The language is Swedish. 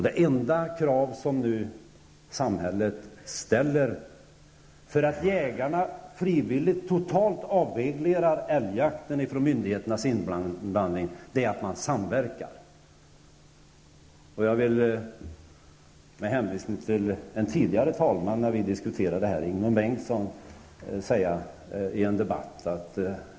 Det enda krav som samhället nu ställer för att jägarna frivilligt totalt avreglerar älgjakten från myndigheternas inblandning är att man samverkar. Jag vill hänvisa till vad en tidigare talman, Ingemund Bengtsson, sade när vi diskuterade detta i en debatt.